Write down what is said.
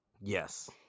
Yes